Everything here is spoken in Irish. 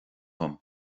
dom